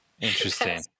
interesting